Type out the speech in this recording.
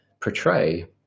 portray